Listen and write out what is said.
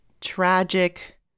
tragic